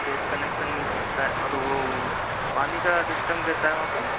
gas connection मिल सकता है और वो पानी का सिस्टम कैसा है वहाँ पे